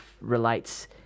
relates